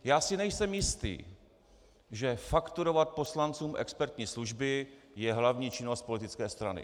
Já si nejsem jist, že fakturovat poslancům expertní služby je hlavní činnost politické strany.